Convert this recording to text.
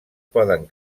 poden